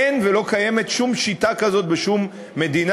אין ולא קיימת שום שיטה כזאת בשום מדינה.